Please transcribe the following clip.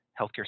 Healthcare